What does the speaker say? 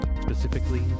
specifically